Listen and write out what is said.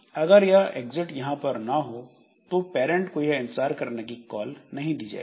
अगर यह एग्जिट यहां पर ना हो तो पैरंट को यह इंतजार करने की कॉल नहीं दी जाएगी